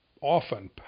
often